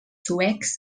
suecs